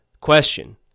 Question